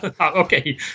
Okay